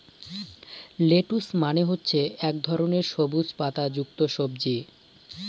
lettuce মানে হচ্ছে এক ধরনের সবুজ পাতা যুক্ত সবজি